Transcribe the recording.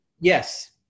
yes